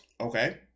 Okay